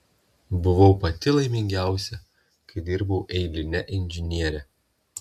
buvau pati laimingiausia kai dirbau eiline inžiniere